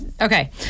Okay